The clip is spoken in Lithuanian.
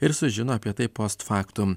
ir sužino apie tai post factum